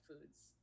foods